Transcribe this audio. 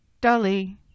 Dolly